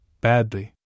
badly